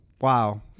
Wow